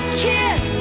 kiss